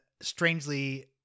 strangely